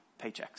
paychecks